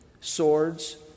swords